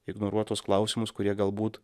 ignoruot tuos klausimus kurie galbūt